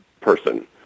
person